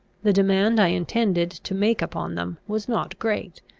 the demand i intended to make upon them was not great.